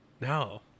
No